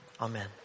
Amen